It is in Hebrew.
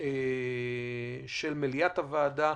של מליאת הוועדה,